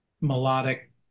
melodic